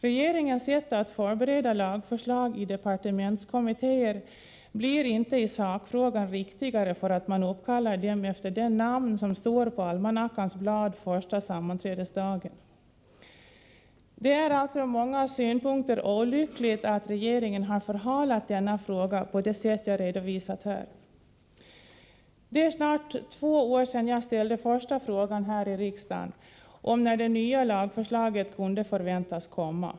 Regeringens sätt att förbereda lagförslag i departementskommittéer blir inte i sakfrågan riktigare för att man uppkallar dem efter det namn som står på almanackans blad första sammanträdesdagen. Det är ur många synpunkter olyckligt att regeringen förhalat denna fråga på det sätt jag redovisat här. Det är snart två år sedan jag ställde första frågan här i riksdagen om när det nya lagförslaget kunde förväntas komma.